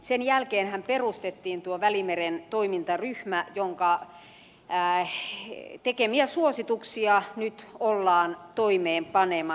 sen jälkeenhän perustettiin välimeren toimintaryhmä jonka tekemiä suosituksia nyt ollaan toimeenpanemassa